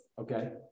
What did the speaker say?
okay